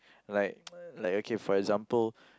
like like okay for example